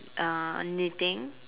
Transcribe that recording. uh knitting